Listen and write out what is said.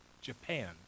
Japan